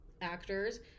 actors